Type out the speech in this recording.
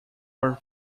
were